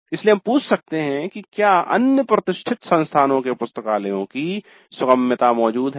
इसलिए हम पूछ सकते हैं कि क्या अन्य प्रतिष्ठित संस्थानों के पुस्तकालयों की सुगम्यता मौजूद है